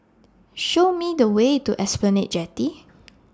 Show Me The Way to Esplanade Jetty